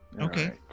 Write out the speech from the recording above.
Okay